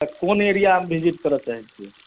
तऽ कोन एरिया अहाँ विजिट करय चाहैत छियै